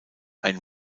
ein